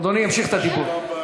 אדוני ימשיך את הדיבור.